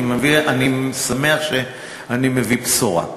אני שמח שאני מביא בשורה.